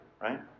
right